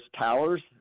towers